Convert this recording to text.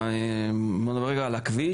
ונדבר רגע על הכביש.